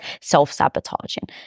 self-sabotaging